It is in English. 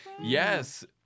Yes